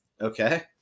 Okay